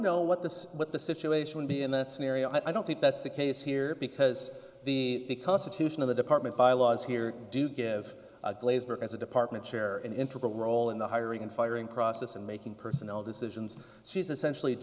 know what this is what the situation would be in that scenario i don't think that's the case here because the constitution of the department bylaws here do give glazebrook as a department chair an interim role in the hiring and firing process and making personnel decisions she's essentially